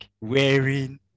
wearing